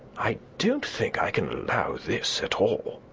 i don't think i can allow this at all.